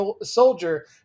soldier